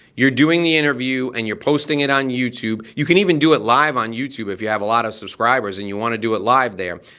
you're doing the interview and you're posting it on youtube, you can even do it live on youtube if you have a lot of subscribers and you wanna do it live there.